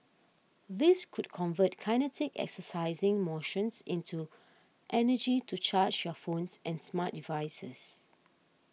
these could convert kinetic exercising motions into energy to charge your phones and smart devices